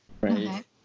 right